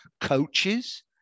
coaches